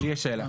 לי יש שאלה.